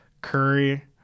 Curry